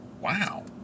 Wow